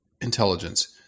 intelligence